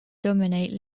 dominate